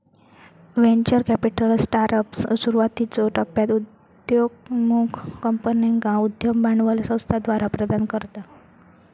venture capital startups, सुरुवातीच्यो टप्प्यात उदयोन्मुख कंपन्यांका उद्यम भांडवल संस्थाद्वारा प्रदान करता